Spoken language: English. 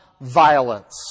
violence